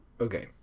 Okay